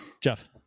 Jeff